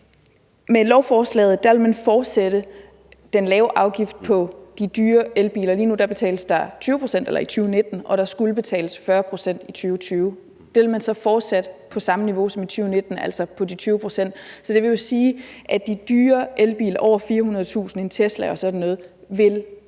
Med lovforslaget vil man fortsætte med den lave afgift på de dyre elbiler. Lige nu, altså i 2019, betales der 20 pct., og der skulle betales 40 pct. i 2020, men man vil så fortsætte med det samme niveau som i 2019, altså med de 20 pct. Det vil jo sige, at de dyre elbiler, som koster over 400.000 kr., en Tesla og sådan nogle, vil blive